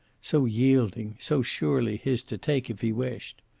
so yielding, so surely his to take if he wished.